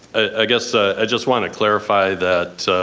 ah guess ah i just want to clarifying that,